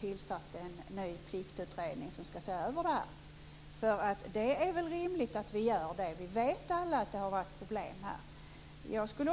tillsatt en ny pliktutredning som skall se över det här. Det är väl rimligt att göra det? Vi vet alla att det funnits problem på detta område.